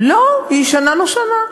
לא, היא ישנה נושנה.